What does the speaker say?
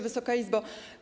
Wysoka Izbo!